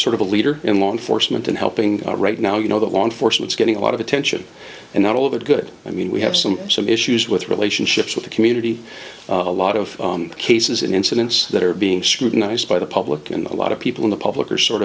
sort of a leader in law enforcement and helping right now you know that law enforcement is getting a lot of attention and not all of it good i mean we have some some issues with relationships with the community a lot of cases and incidents that are being scrutinized by the public and a lot of people in the public are sort